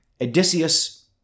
Odysseus